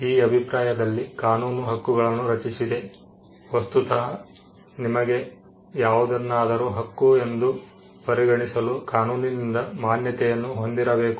ಈ ಅಭಿಪ್ರಾಯದಲ್ಲಿ ಕಾನೂನು ಹಕ್ಕುಗಳನ್ನು ರಚಿಸಿದೆ ವಸ್ತುತಃ ನಿಮಗೆ ಯಾವುದನ್ನಾದರೂ ಹಕ್ಕು ಎಂದು ಪರಿಗಣಿಸಲು ಕಾನೂನಿನಿಂದ ಮಾನ್ಯತೆಯನ್ನು ಹೊಂದಿರಬೇಕು